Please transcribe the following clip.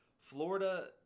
Florida